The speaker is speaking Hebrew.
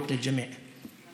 הם אלה שעוד לא חיינו.) שוכרן.